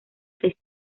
seis